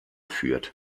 führt